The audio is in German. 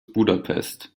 budapest